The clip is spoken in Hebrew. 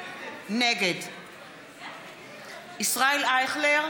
נגד ישראל אייכלר,